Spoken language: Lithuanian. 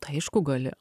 tai aišku gali